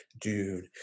dude